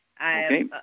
Okay